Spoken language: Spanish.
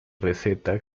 receta